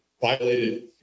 violated